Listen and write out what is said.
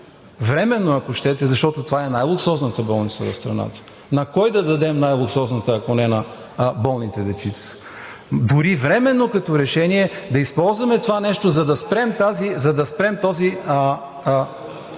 временно, ако щете, защото това е най-луксозната болница в страната, на кой да дадем най-луксозната, ако не на болните дечица? Дори временно като решение да използваме това нещо, за да спрем този